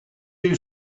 you